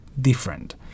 different